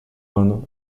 ano